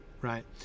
right